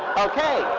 ok,